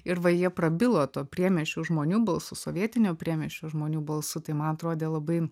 ir va jie prabilo to priemiesčio žmonių balsu sovietinio priemiesčio žmonių balsu tai man atrodė labai